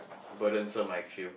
burdensome I feel